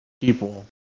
people